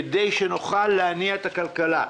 כדי שנוכל להניע את הכלכלה.